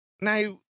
now